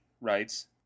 writes